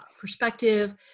perspective